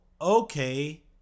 okay